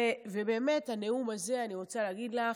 ובאמת הנאום הזה, אני רוצה להגיד לך,